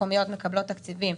מקומיות מקבלות תקציבים,